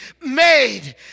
made